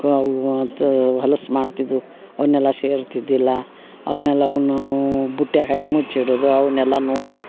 ಅವು ಮತ್ತು ಹೊಲಸು ಮಾಡ್ತಿದ್ವು ಅವನ್ನೆಲ್ಲ ಸೇರ್ತಿದ್ದಿಲ್ಲ ಆಮೇಲೆ ಅವನ್ನೂ ಬುಟ್ಯಾಗ ಹಾಕಿ ಮುಚ್ಚಿಡುದು ಅವನ್ನೆಲ್ಲ ನೋಡಿ